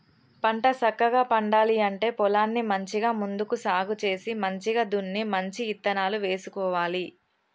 పంట సక్కగా పండాలి అంటే పొలాన్ని మంచిగా ముందుగా సాగు చేసి మంచిగ దున్ని మంచి ఇత్తనాలు వేసుకోవాలి